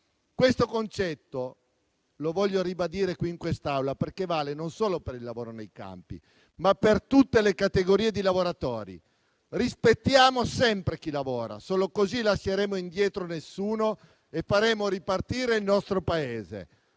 Questo concetto lo voglio ribadire in quest'Aula, perché vale non solo per il lavoro nei campi, ma per tutte le categorie di lavoratori. Rispettiamo sempre chi lavora; solo così non lasceremo indietro nessuno e faremo ripartire il nostro Paese.